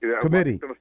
Committee